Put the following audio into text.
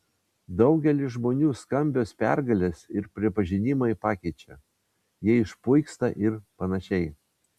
daugelį žmonių skambios pergalės ir pripažinimai pakeičia jie išpuiksta ir panašiai